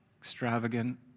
extravagant